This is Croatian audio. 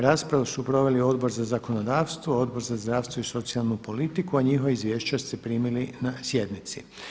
Raspravu su proveli Odbor za zakonodavstvo, Odbor za zdravstvo socijalnu politiku, a njihova izvješća ste primili na sjednici.